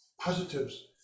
positives